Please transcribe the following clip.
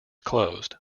closed